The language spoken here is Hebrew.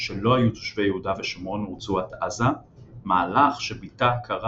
שלא היו תושבי יהודה ושומרון ורצועת עזה – מהלך שביטא הכרה